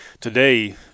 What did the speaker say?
today